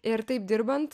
ir taip dirbant